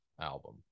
album